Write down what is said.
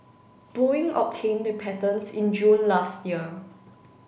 Boeing obtained the patents in June last year